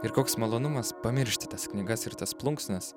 ir koks malonumas pamiršti tas knygas ir tas plunksnas